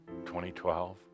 2012